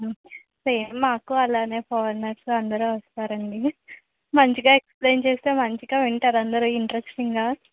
same మాకు అలానే foreigners అందరూ వస్తారు అండి మంచిగా ఎక్స్ప్లెయిన్ చేస్తే మంచిగా వింటారు అందరు ఇంట్రెస్టింగ్గా